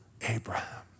Abraham